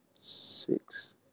six